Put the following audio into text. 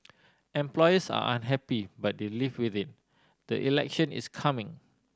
employers are unhappy but they live with it the election is coming